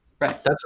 Right